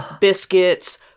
biscuits